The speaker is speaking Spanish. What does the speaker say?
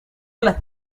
las